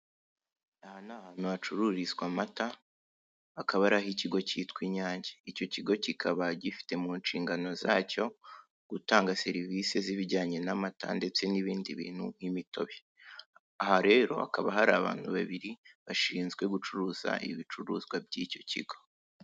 Aha ni ahantu hacururizwa amata hakaba ari aho ikigo kitwa Inyange. Icyo kigo kikaba gifite mu inshingano zacyo gutanga serivise zibijyanye n'amata ndetse n'ibindi bintu nk'imitobe. Aha rero hakaba hari abantu babiri bashinzwe gucuruza ibicuruzwa by'icyo kigo.